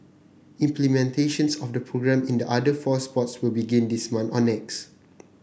implementations of the programme in the other four sports will begin this month or next